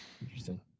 Interesting